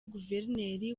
guverineri